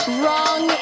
wrong